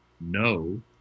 no